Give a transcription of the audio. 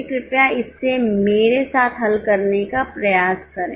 इसलिए कृपया इसे मेरे साथ हल करने का प्रयास करें